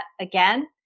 again